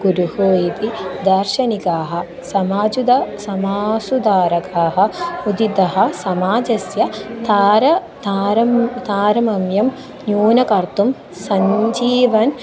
गुरुः इति दर्शनिकाः समाजे समसुधारकाः उदितः समाजस्य तार तारं तारतम्यं न्यूनीकर्तुं सञ्जीवन्